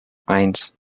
eins